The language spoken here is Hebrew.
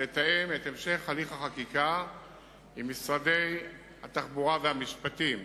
לתאם את המשך הליך החקיקה עם משרד התחבורה ועם משרד המשפטים,